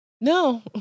No